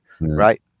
right